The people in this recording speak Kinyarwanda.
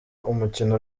umukino